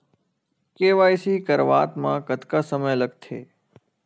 KYC करवात म कतका समय लगथे?